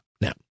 Now